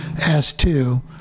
S2